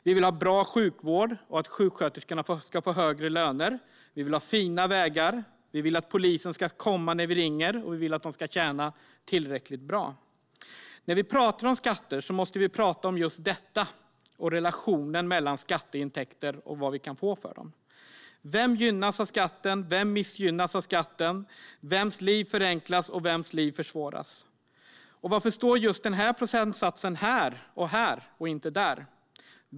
Vi vill ha bra sjukvård, och vi vill att sjuksköterskorna ska få högre löner. Vi vill ha fina vägar. Vi vill att polisen ska komma när vi ringer, och vi vill att polisen ska tjäna tillräckligt bra. När vi pratar om skatter måste vi prata om just detta och om relationen mellan skatteintäkter och vad vi kan få för dem. Vem gynnas, och vem missgynnas? Vems liv förenklas, och vems liv försvåras? Varför står just den här procentsatsen här och inte där?